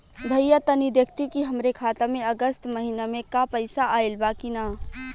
भईया तनि देखती की हमरे खाता मे अगस्त महीना में क पैसा आईल बा की ना?